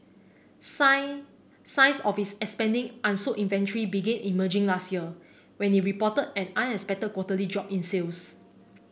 signs signs of its expanding unsold inventory began emerging last year when it reported an unexpected quarterly drop in sales